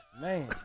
Man